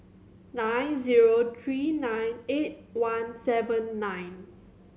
nine zero three nine eight one seven nine